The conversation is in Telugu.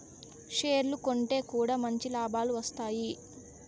షేర్లు కొంటె కూడా మంచి లాభాలు వత్తాయి